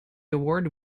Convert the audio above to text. award